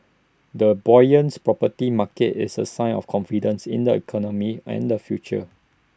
A buoyant property market is A sign of confidence in the economy and the future